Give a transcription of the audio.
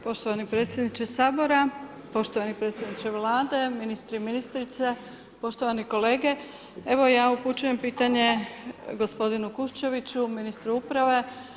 Poštovani predsjedniče Sabora, poštovani predsjedniče Vlade, ministri i ministrice, poštovani kolege, evo ja upućujem pitanje gospodinu Kuščeviću, ministru uprave.